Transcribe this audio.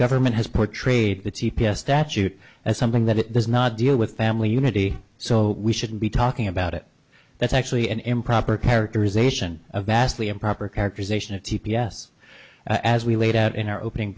government has portrayed that c p s statute as something that it does not deal with family unity so we shouldn't be talking about it that's actually an improper characterization of vastly improper characterization of t p s as we laid out in our opening